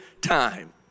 time